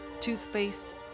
toothpaste